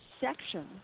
section